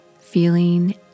feeling